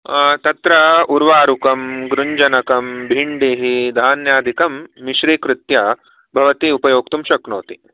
तत्र उर्वारुकं गृञ्जनकं भिण्डिः धान्यादिकं मिश्रीकृत्य भवती उपयोक्तुं शक्नोति